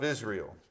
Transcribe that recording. Israel